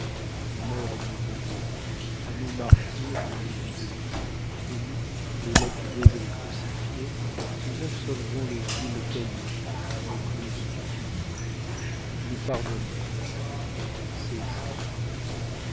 mornes bourreaux à nous martyrs vous vous fiez et nous les lapidés et les crucifiés nous absolvons le vil caillou le clou stupide nous pardonnons c'est juste